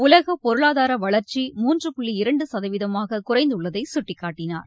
உலக பொருளாதார வளர்ச்சி மூன்று புள்ளி இரண்டு சதவீதமாக குறைந்துள்ளதை கட்டிக்காட்டினார்